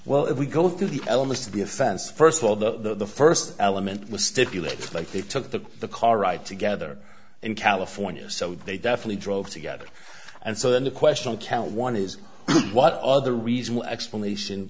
well if we go through the elements of the offense first of all the first element was stipulated like they took the the car ride together in california so they definitely drove together and so then the question on count one is what other reasonable explanation